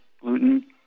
gluten